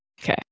Okay